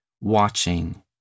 watching